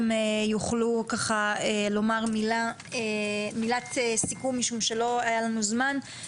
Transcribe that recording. יוכלו לומר מילת סיכום משום שלא היה לנו זמן.